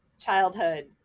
childhood